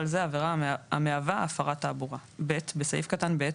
זה עבירה המהווה הפרת תעבורה"; (ב)בסעיף קטן (ב),